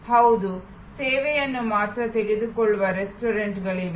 ಹೌದು ಸೇವೆಯನ್ನು ಮಾತ್ರ ತೆಗೆದುಕೊಳ್ಳುವ ರೆಸ್ಟೋರೆಂಟ್ಗಳಿವೆ